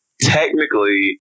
technically